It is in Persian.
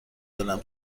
دلم